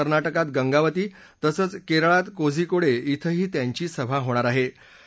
आजच कर्नाटकात गंगावती तसंच केरळात कोझीकोडे िंही त्यांच्या सभा होणार आहे